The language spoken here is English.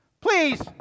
Please